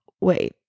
Wait